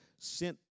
sent